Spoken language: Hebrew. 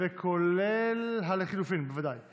כולל לחלופין, בוודאי.